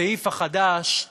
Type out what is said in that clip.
בסעיף החדש,